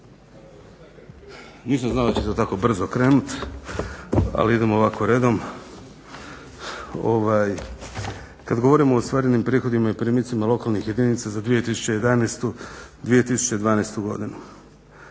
Nisam znao da će se tako brzo krenuti, ali idemo ovako redom. Kad govorimo o ostvarenim prihodima i primicima lokalnim jedinica za 2011./2012. godinu